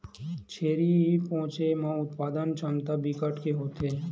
छेरी पोछे म उत्पादन छमता बिकट के होथे